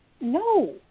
No